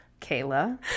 kayla